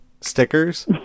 stickers